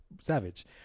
savage